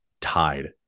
tied